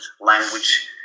language